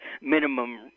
minimum